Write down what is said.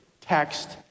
text